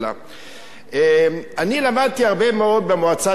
אני למדתי הרבה מאוד במועצה לכבלים ולוויין.